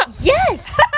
Yes